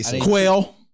Quail